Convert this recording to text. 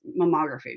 mammography